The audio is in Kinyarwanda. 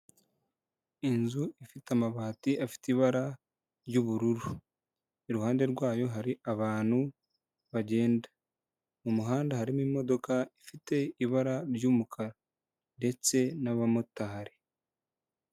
Inzu ifite amabati afite ibara ry'ubururu iruhande rwayo hari abantu bagenda, mu muhanda harimo imodoka ifite ibara ry'umukara ndetse n'abamotari.